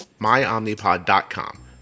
myomnipod.com